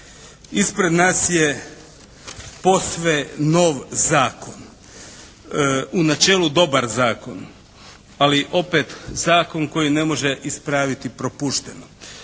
Ispred nas je posve nov zakon. U načelu dobar zakon, ali opet zakon koji ne može ispraviti propušteno.